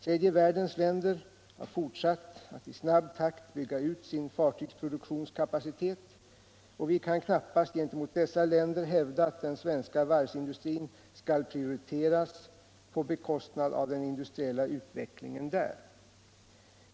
Tredje världens länder har fortsatt att i snabb takt bygga ut sin fartygsproduktionskapacitet, och vi kan knappast gentemot dessa länder hävda att den svenska varvsindustrin skall prioriteras på bekostnad av den industriella utvecklingen där.